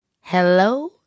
Hello